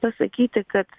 pasakyti kad